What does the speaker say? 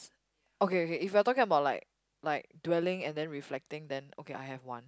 okay okay if you're taking about like like dwelling and then reflecting then okay I have one